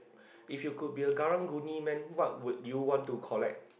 if you could be a Karang-Guni man what you want to collect